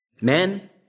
Men